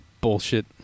Bullshit